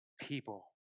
people